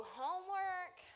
homework